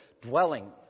dwelling